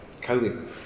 COVID